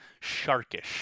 sharkish